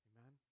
Amen